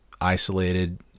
isolated